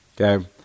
okay